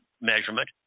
measurement